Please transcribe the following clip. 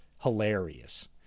hilarious